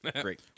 great